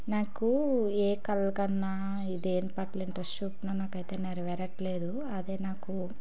నాకు ఏ కలగన్నా దేని పట్ల ఇంట్రస్ట్ చూపినా నాకు అయితే నెరవేరట్లేదు అదే నాకు